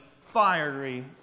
fiery